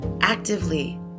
actively